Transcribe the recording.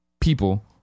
people